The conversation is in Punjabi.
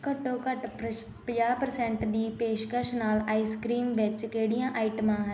ਘੱਟੋ ਘੱਟ ਪ੍ਰਸ਼ ਪੰਜਾਹ ਪਰਸੈਂਟ ਦੀ ਪੇਸ਼ਕਸ਼ ਨਾਲ ਆਈਸ ਕਰੀਮ ਵਿੱਚ ਕਿਹੜੀਆਂ ਆਈਟਮਾਂ ਹਨ